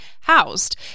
housed